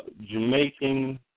Jamaican